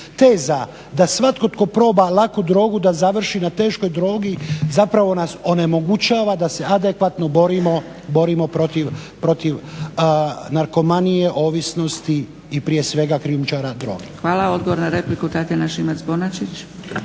Teza da svatko tko proba laku drogu da završi na teškoj drogi zapravo nas onemogućava da se adekvatno borimo protiv narkomanije, ovisnosti i prije svega krijumčara droge. **Zgrebec, Dragica (SDP)** Hvala. Odgovor na repliku Tatjana Šimac-Bonačić.